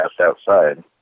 outside